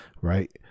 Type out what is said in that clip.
right